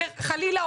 חלילה,